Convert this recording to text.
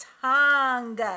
tongue